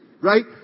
Right